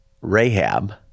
Rahab